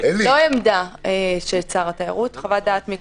לא עמדה של שר התיירות, חוות דעת מקצועית.